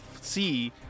see